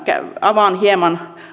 avaan hieman